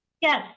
Yes